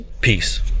Peace